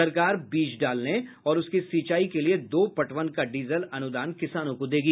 सरकार बीज डालने और उसकी सिंचाई के लिए दो पटवन का डीजल अनुदान किसानों को देगी